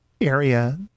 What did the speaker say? area